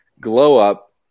glow-up